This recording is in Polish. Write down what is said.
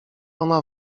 ona